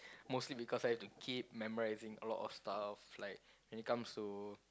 mostly because I have to keep memorising a lot of stuff like when it comes to